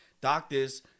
doctors